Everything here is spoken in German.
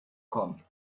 kommen